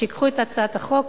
שייקחו את הצעת החוק,